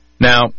Now